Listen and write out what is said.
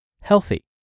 healthy